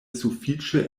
sufiĉe